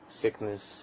sickness